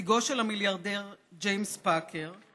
נציגו של המיליארדר ג'יימס פאקר;